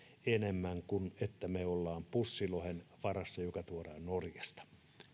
enemmän kuin että me olemme pussilohen varassa joka tuodaan norjasta